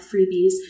freebies